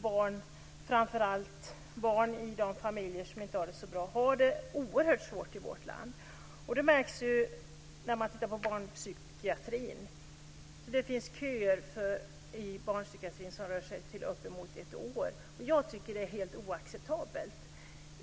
Barn - framför allt i de familjer som inte har det så bra - har det oerhört svårt i vårt land. Det märks när man tittar på barnpsykiatrin. Där finns det köer på uppemot ett år, och det tycker jag är helt oacceptabelt.